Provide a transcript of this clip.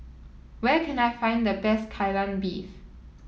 where can I find the best Kai Lan Beef